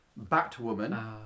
Batwoman